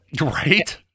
right